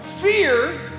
fear